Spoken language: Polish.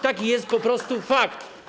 Taki jest po prostu fakt.